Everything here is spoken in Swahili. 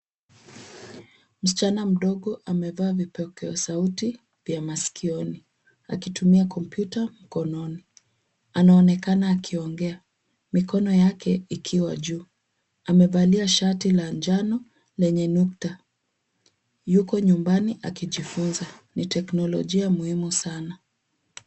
Msichana mdogo amevaa vipokea sauti vya maskioni akitumia kompyuta mkononi. Anaonekana akiongea mikono yake ikiwa juu. Amevalia shati la njano lenye nukta. Yuko nyumbani akijifunza. Ni teknolojia muhimu sana.